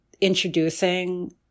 introducing